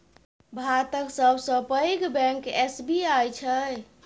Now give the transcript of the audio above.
भातक सबसँ पैघ बैंक एस.बी.आई छै